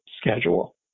schedule